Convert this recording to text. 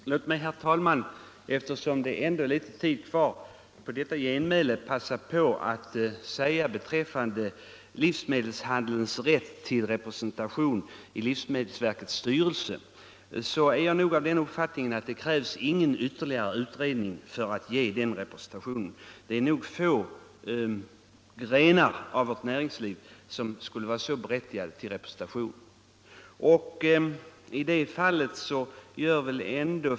Låt mig, herr talman, eftersom det är litet tid kvar på mitt genmäle säga att jag beträffande frågan om livsmedelshandelns rätt till representation i livsmedelsverkets styrelse har den uppfattningen att det inte krävs någon ytterligare utredning för att bevilja denna representation. Få grenar av vårt näringsliv är så berättigade till en sådan representation i livsmedelsverkets styrelse.